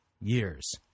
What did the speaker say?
years